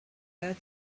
her